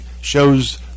shows